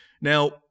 Now